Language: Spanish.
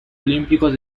olímpicos